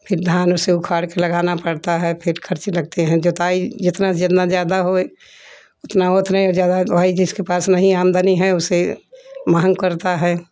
फिर धान उसे उखाड़ कर लगाना पड़ता है फिर खर्चे लगते है जुताई जितना जितना ज़्यादा हो उतने उतने ज़्यादा भाई जिसके पास नहीं आमदनी है उसे महंग पड़ता हैं